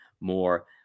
more